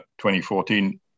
2014